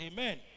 Amen